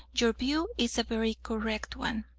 your view is a very correct one.